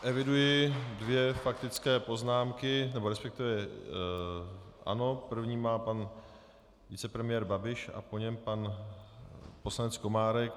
Eviduji dvě faktické poznámky, nebo respektive ano, první má pan vicepremiér Babiš a po něm pan poslanec Komárek.